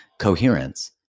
coherence